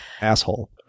asshole